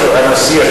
ממלא-מקום הנשיא,